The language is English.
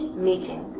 meeting.